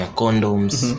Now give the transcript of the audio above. condoms